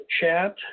chat